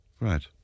Right